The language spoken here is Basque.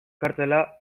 kartzela